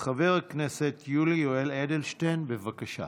חבר הכנסת יולי יואל אדלשטיין, בבקשה.